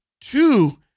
two